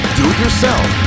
do-it-yourself